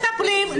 לא מטפלים,